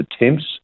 attempts